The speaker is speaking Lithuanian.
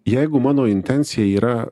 jeigu mano intencija yra